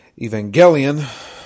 Evangelion